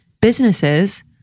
businesses